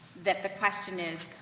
that the question is,